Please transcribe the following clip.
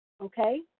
Okay